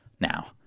Now